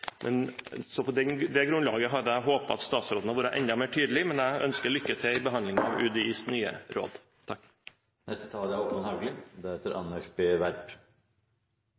det. På det grunnlaget hadde jeg håpet at statsråden hadde vært enda mer tydelig, men jeg ønsker lykke til med behandlingen av UDIs nye råd.